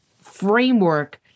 framework